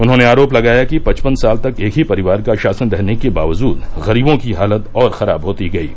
उन्होंने आरोप लगाया कि पचपन साल तक एक ही परिवार का शासन रहने के बावजूद गरीबों की हालत और खराब होती गयी